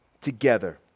together